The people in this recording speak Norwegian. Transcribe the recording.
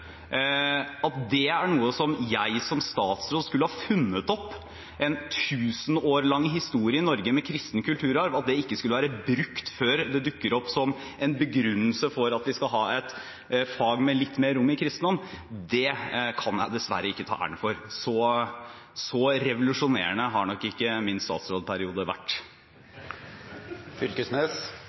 At det er noe som jeg som statsråd skulle ha funnet opp, en tusen år lang historie i Norge med kristen kulturarv, at det ikke skulle være brukt før det dukker opp som en begrunnelse for at vi skal ha et fag med litt mer rom innen kristendom, det kan jeg dessverre ikke ta æren for. Så revolusjonerende har nok ikke min statsrådsperiode vært.